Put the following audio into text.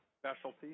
specialty